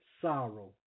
sorrow